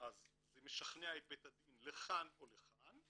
זה משכנע את בית הדין לכאן או לכאן,